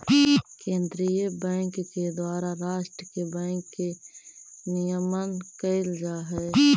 केंद्रीय बैंक के द्वारा राष्ट्र के बैंक के नियमन कैल जा हइ